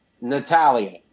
Natalia